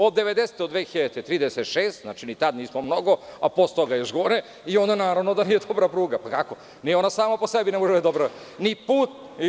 Od 1990. do 2006. godine, znači, ni tada nismo mnogo, a posle toga još gore, i onda naravno da nije dobra pruga, pa kako, nije ona sama po sebi ne može da bude dobra, ni put.